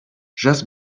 just